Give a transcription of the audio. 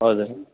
हजुर